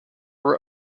were